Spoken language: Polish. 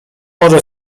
może